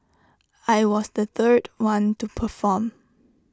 I was the third one to perform